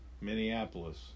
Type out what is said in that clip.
Minneapolis